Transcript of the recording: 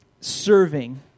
serving